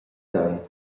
tei